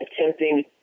attempting